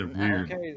okay